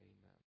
Amen